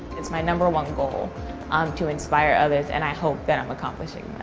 it's my number one goal um to inspire others and i hope that i'm accomplishing